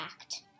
Act